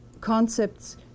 concepts